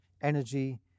energy